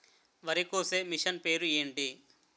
వరి కోసే మిషన్ పేరు ఏంటి